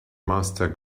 master